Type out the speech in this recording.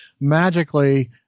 Magically